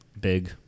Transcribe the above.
big